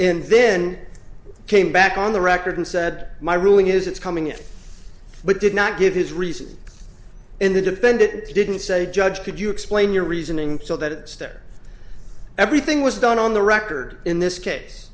and then came back on the record and said my ruling is it's coming in but did not give his reason in the defendant's didn't say judge could you explain your reasoning so that stare everything was done on the record in this case